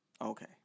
Okay